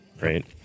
right